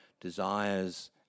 desires